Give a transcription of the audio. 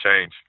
change